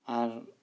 ᱟᱨ